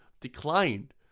declined